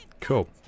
Cool